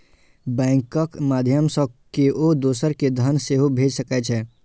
बैंकक माध्यय सं केओ दोसर कें धन सेहो भेज सकै छै